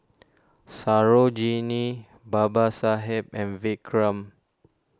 Sarojini Babasaheb and Vikram